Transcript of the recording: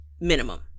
minimum